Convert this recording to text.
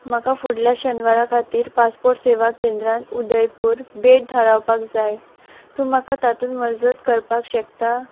म्हाका फुडल्या शेनवारा खातीर पासपोर्ट सेवा केंद्रान उदयपूर भेट धाडपाक जाय तूं म्हाका तातूंत मदत करपाक शकता